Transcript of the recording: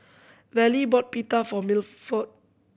Vallie bought Pita for Milford